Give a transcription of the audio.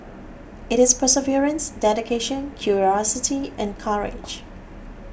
it is perseverance dedication curiosity and courage